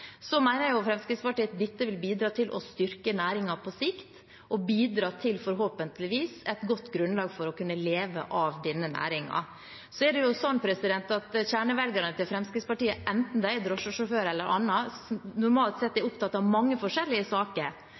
Fremskrittspartiet mener at dette vil bidra til å styrke næringen på sikt og bidra til, forhåpentligvis, et godt grunnlag for å kunne leve av denne næringen. Så er det slik at kjernevelgerne til Fremskrittspartiet, enten de er drosjesjåfører eller noe annet, normalt sett er opptatt av mange forskjellige saker.